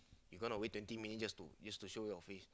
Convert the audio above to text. you gonna wait twenty minutes just to use just to show your face